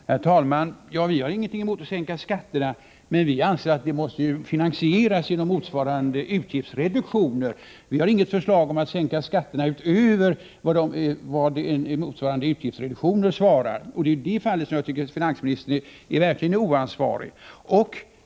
Herr talman! Vi har ingenting emot att sänka skatterna, men vi anser att detta måste finansieras genom motsvarande utgiftsreduktioner. Vi har inget förslag att sänka skatterna utöver vad motsvarande utgiftsreduktioner ger. Det är i detta avseende jag tycker finansministern är verkligt oansvarig.